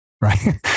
right